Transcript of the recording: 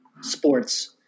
sports